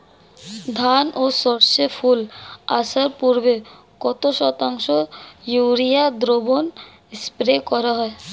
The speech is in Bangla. ধান ও সর্ষে ফুল আসার পূর্বে কত শতাংশ ইউরিয়া দ্রবণ স্প্রে করা হয়?